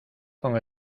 con